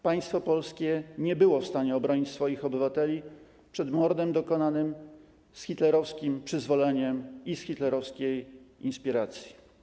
Państwo polskie nie było w stanie obronić swoich obywateli przed mordem dokonanym z hitlerowskim przyzwoleniem i z hitlerowskiej inspiracji.